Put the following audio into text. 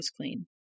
clean